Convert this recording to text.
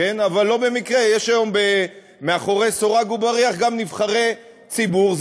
אבל לא במקרה יש היום מאחורי סורג ובריח גם נבחרי ציבור.